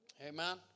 Amen